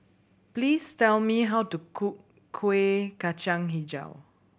please tell me how to cook Kuih Kacang Hijau